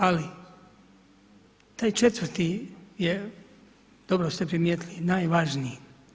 Ali, taj četvrti je, dobro ste primijetili, najvažniji.